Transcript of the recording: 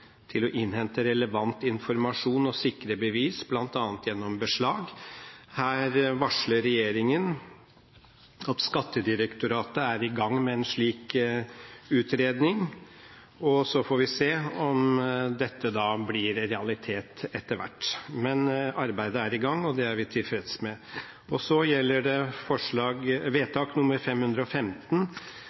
til å innhente relevant informasjon og sikre bevis, blant annet gjennom beslag». Her varsler regjeringen at Skattedirektoratet er i gang med en slik utredning. Og så får vi se om dette blir realitet etter hvert. Men arbeidet er i gang, og det er vi tilfreds med. Så gjelder det vedtak nr. 515,